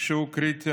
שהוא קריטי,